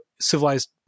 civilized